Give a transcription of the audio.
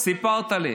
סיפרת לי.